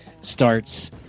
starts